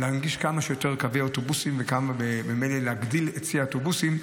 להנגיש כמה שיותר קווי אוטובוס וממילא להגדיל את צי האוטובוסים,